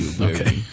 Okay